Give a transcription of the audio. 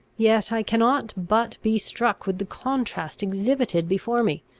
yet i cannot but be struck with the contrast exhibited before me,